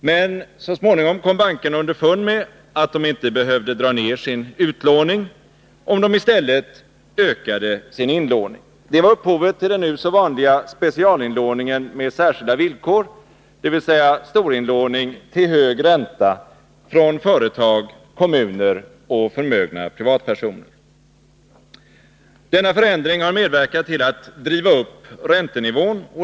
Men så småningom kom bankerna underfund med att de inte behövde dra ner sin utlåning, om de i stället ökade sin inlåning. Det var upphovet till den nu så vanliga specialinlåningen med särskilda villkor, dvs. storinlåning till hög ränta från företag, kommuner och förmögna privatpersoner. Denna förändring har medverkat till att driva upp räntenivån.